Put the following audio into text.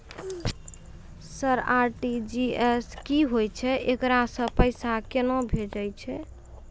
Sir RTGS की होय छै, एकरा से पैसा केना भेजै छै?